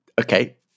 Okay